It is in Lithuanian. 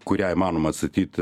kurią įmanoma atstatyt